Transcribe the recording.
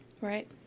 Right